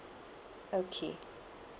okay